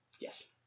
Yes